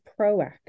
proactive